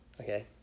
Okay